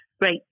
great